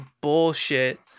bullshit